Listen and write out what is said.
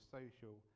social